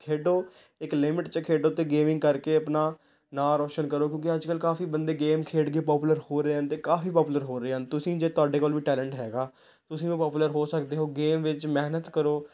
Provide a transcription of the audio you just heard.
ਖੇਡੋ ਇੱਕ ਲਿਮਿਟ 'ਚ ਖੇਡੋ ਅਤੇ ਗੇਮਿੰਗ ਕਰਕੇ ਆਪਣਾ ਨਾਮ ਰੌਸ਼ਨ ਕਰੋ ਕਿਉਂਕਿ ਅੱਜ ਕੱਲ੍ਹ ਕਾਫੀ ਬੰਦੇ ਗੇਮ ਖੇਡ ਕੇ ਪੋਪੂਲਰ ਹੋ ਰਹੇ ਹਨ ਅਤੇ ਕਾਫੀ ਪੋਪੂਲਰ ਹੋ ਰਹੇ ਹਨ ਤੁਸੀਂ ਜੇ ਤੁਹਾਡੇ ਕੋਲ ਵੀ ਟੈਲੈਂਟ ਹੈਗਾ ਤੁਸੀਂ ਵੀ ਪਾਪੂਲਰ ਹੋ ਸਕਦੇ ਹੋ ਗੇਮ ਵਿੱਚ ਮਿਹਨਤ ਕਰੋ